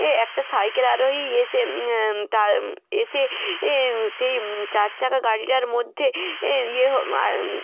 এ একটা সাইকেল আরোহী এসে তার এসে এ সেই চারচাকা গাড়িটার মধ্যে এ ইয়ে ও আর